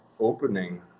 opening